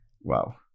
wow